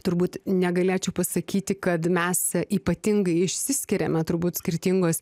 turbūt negalėčiau pasakyti kad mes ypatingai išsiskiriame turbūt skirtingos